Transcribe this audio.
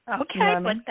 Okay